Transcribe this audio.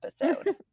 episode